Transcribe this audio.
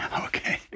Okay